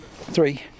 Three